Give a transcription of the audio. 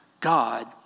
God